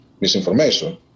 misinformation